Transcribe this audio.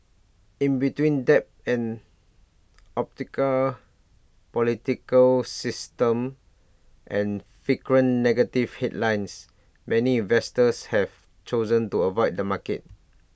in between debt an opaque political system and frequent negative headlines many investors have chosen to avoid the market